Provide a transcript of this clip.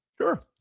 Sure